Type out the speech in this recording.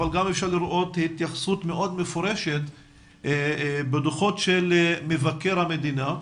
אבל גם אפשר לראות התייחסות מאוד מפורשת בדוחות של מבקר המדינה,